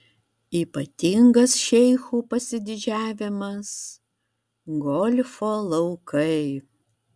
ypatingas šeichų pasididžiavimas golfo laukai